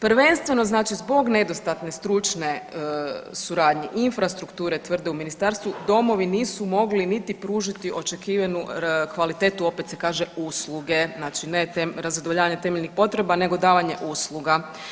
Prvenstveno znači zbog nedostatne stručne suradnje i infrastrukture tvrde u ministarstvu domovi nisu mogli niti pružiti očekivanu kvalitetu, opet se kaže, usluge, znači ne .../nerazumljivo/... zadovoljavanje temeljnih potreba nego davanje usluga.